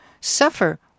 suffer